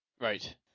Right